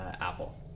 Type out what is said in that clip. Apple